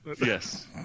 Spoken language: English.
Yes